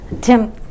Tim